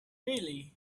really